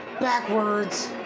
Backwards